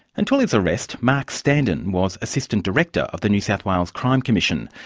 until his arrest, mark standen was assistant director of the new south wales crime commission,